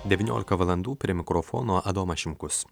devyniolika valandų prie mikrofono adomas šimkus